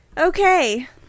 Okay